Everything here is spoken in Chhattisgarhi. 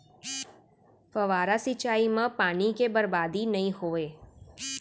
फवारा सिंचई म पानी के बरबादी नइ होवय